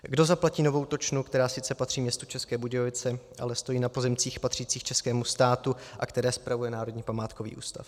Kdo zaplatí novou točnu, která sice patří městu České Budějovice, ale stojí na pozemcích patřících českému státu, a které spravuje Národní památkový ústav?